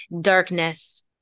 Darkness